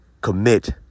Commit